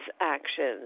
actions